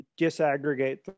disaggregate